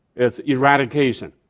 it's eradication.